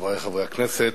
חברי חברי הכנסת,